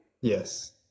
yes